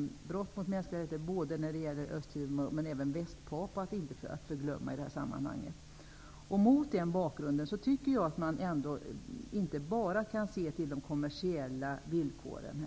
Det förekommer brott mot mänskliga rättigheter i Östtimor och även i Västpapua -- icke att förglömma i detta sammanhang. Mot den bakgrunden anser jag att man inte bara skall se till de kommersiella villkoren.